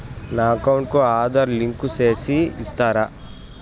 నా అకౌంట్ కు ఆధార్ లింకు సేసి ఇస్తారా?